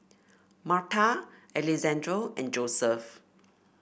Marta Alexandre and Joseph